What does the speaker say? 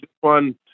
one